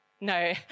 No